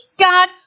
God